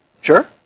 Sure